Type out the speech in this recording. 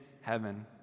heaven